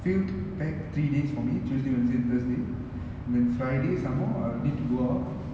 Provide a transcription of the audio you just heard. filled packed three days for me tuesday wednesday thursday and then friday some more I'll need to go out